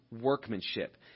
workmanship